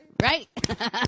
Right